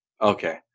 okay